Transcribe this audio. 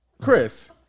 Chris